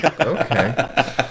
Okay